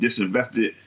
disinvested